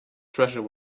treasure